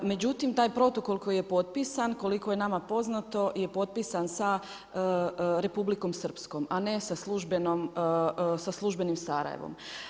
Međutim, taj protokol koji je potpisan, koliko je nama poznato je potpisan sa Republikom Srpskom a ne sa službenim Sarajevom.